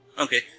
Okay